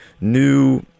new